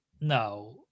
no